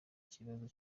kibazo